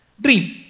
dream